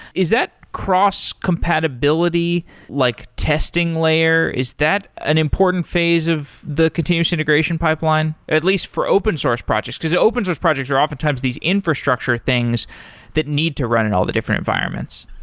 is that cross-compatibility like testing layer, is that an important phase of the continuous integration pipeline at least for open-source project? because open source projects are often times these infrastructure things that need to run in all the different environments.